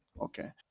Okay